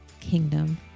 kingdom